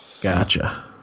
Gotcha